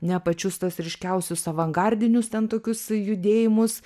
ne pačius tuos ryškiausius avangardinius ten tokius judėjimus